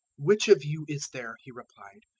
which of you is there, he replied,